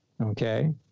Okay